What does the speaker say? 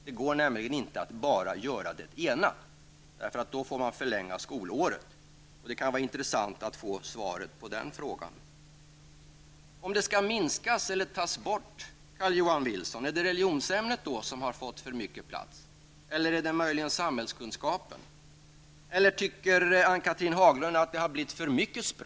Det går nämligen inte att göra bådadera, för då får man förlänga skolåret. Det kunde vara intressant att få svar på frågan. Om det skall tas bort något eller minskas, Carl-Johan Wilson, är det religionsämnet som har fått för mycket plats, eller är det för mycket samhällskunskap? Tycker Ann-Cathrine Haglund att det blir för mycket språk?